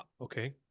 Okay